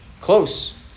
Close